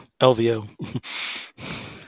LVO